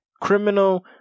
criminal